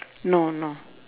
no no